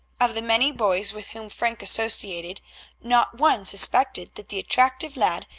of the many boys with whom frank associated not one suspected that the attractive lad,